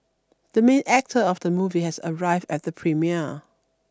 the main actor of the movie has arrived at the premiere